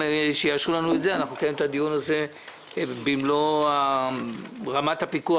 כשיאשרו לנו אנחנו נקיים את הדיון הזה במלוא רמת הפיקוח